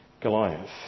Goliath